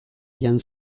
jan